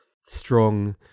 strong